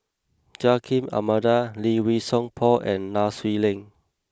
Joaquim Almeida Lee Wei Song Paul and Nai Swee Leng